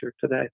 today